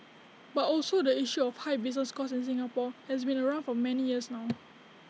but also the issue of high business costs in Singapore has been around for many years now